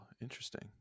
interesting